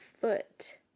foot